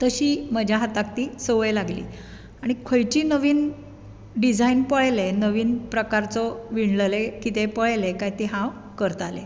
तशी म्हज्या हाताक ती संवय लागली आनी खंयचीय नवीन डिजायन पळयलेंं नवीन प्रकारचो विणलले कितेंय पळयलें काय ती हांव करतालें